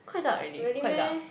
quite dark already quite dark